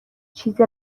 چیز